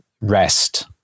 rest